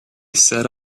set